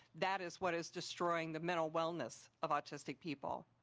that is what is destroying the mental wellness of autistic people.